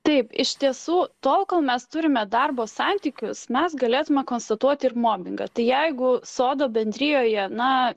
taip iš tiesų tol kol mes turime darbo santykius mes galėtumėme konstatuoti ir mobingą tai jeigu sodų bendrijoje na